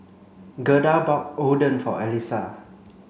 Gerda bought Oden for Allyssa